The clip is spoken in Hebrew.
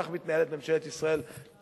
כך מתנהלת ממשלת ישראל הנוכחית.